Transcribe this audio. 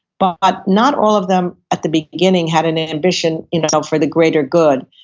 but ah not all of them at the beginning had an ambition in itself for the greater good.